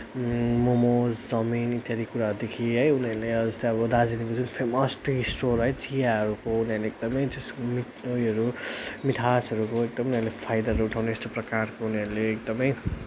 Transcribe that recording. momos chowmein इत्यादि कुराहरूदेखि है उनीहरूले जस्तै अब दार्जिलिङको जुन फेमस टी स्टोर है चियाहरूको त्यहाँनिर एकदमै त्यसको उयोहरू मिठासहरूको एकदमै हामीहरूले फाइदा उठाउने यस्तो प्रकारको उनीहरूले एकदमै